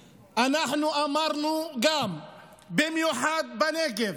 אנחנו גם אמרנו שבמיוחד בנגב,